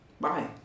Bye